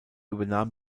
übernahm